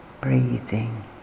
breathing